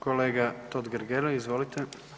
Kolega Totgergeli, izvolite.